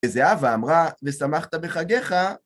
וזהבה, ואמרה, ושמחת בחגיך.